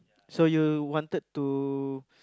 so you wanted to